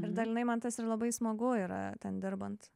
ir dalinai man tas ir labai smagu yra ten dirbant